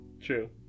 True